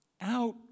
out